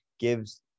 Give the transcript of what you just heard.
Gives